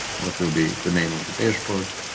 what will be the name of the dashboard,